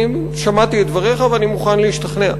שמעתי את דבריך ואני מוכן להשתכנע.